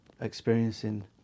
experiencing